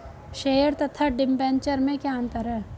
Share तथा debenture में क्या अंतर है?